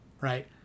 right